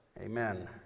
Amen